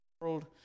world